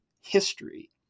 History